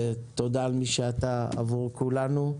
ותודה על מי שאתה עבור כולנו.